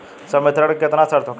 संवितरण के केतना शर्त होखेला?